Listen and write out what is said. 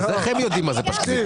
כולכם יודעים מה זה פשקווילים.